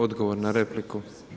Odgovor na repliku.